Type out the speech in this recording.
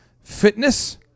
fitness